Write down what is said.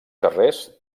carrers